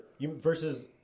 Versus